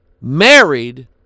married